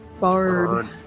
bard